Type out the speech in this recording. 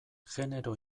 genero